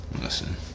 Listen